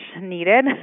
needed